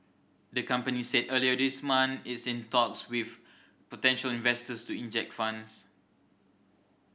the company said earlier this month it's in talks with potential investors to inject funds